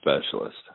specialist